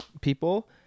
people